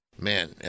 man